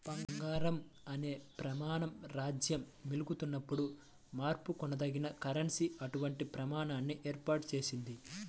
బంగారం అనే ప్రమాణం రాజ్యమేలుతున్నప్పుడు మార్చుకోదగిన కరెన్సీ అటువంటి ప్రమాణాన్ని ఏర్పాటు చేసింది